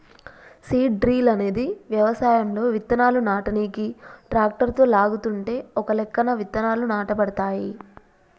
seed drill అనేది వ్యవసాయంలో విత్తనాలు నాటనీకి ట్రాక్టరుతో లాగుతుంటే ఒకలెక్కన విత్తనాలు నాటబడతాయి